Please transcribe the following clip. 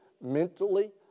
mentally